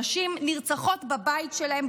נשים נרצחות בבית שלהן,